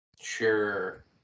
Sure